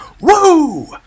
Woo